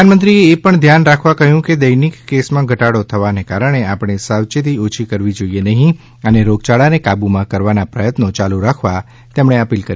પ્રધાનમંત્રીએ એ પણ ધ્યાન રાખવા કહ્યું કે દૈનિક કેસોમાં ઘટાડો થવાને કારણે આપણે સાવચેતી ઓછી કરવી જોઇએ નહી અને રોગચાળાને કાબુમાં કરવાના પ્રયત્નો યાલુ રાખવા તેમણે અપીલ કરી